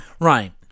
Right